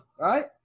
right